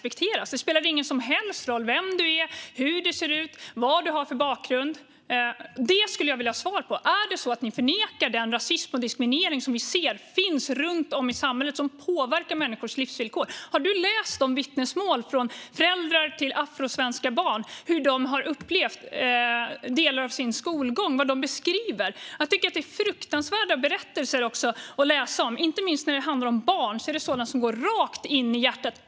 Spelar det ingen som helst roll vem man är, hur man ser ut eller vilken bakgrund man har? Detta skulle jag vilja ha svar på. Förnekar ni den rasism och diskriminering som finns runt om i samhället och som påverkar människors livsvillkor? Har du läst vittnesmålen från föräldrar till afrosvenska barn om hur de har upplevt delar av sin skolgång och vad de beskriver? Jag tycker att det är fruktansvärda berättelser att läsa, inte minst när det handlar om barn. Det är sådant som går rakt in i hjärtat.